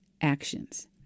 actions